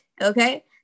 okay